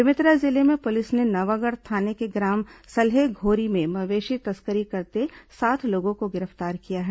बेमेतरा जिले में पुलिस ने नवागढ़ थाने के ग्राम साल्हेघोरी में मवेशी तस्करी करते सात लोगों को गिरफ्तार किया है